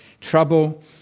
trouble